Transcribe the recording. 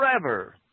forever